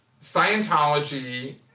Scientology